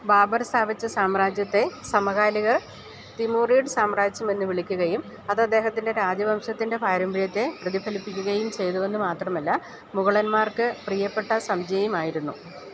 ബാബർ സ്ഥാപിച്ച സാമ്രാജ്യത്തെ സമകാലികർ തിമൂറിഡ് സാമ്രാജ്യമെന്ന് വിളിക്കുകയും അത് അദ്ദേഹത്തിന്റെ രാജവംശത്തിന്റെ പാരമ്പര്യത്തെ പ്രതിഫലിപ്പിക്കുകയും ചെയ്തുവെന്നു മാത്രമല്ല മുഗളന്മാര്ക്ക് പ്രിയപ്പെട്ട സംജ്ഞയുമായിരുന്നു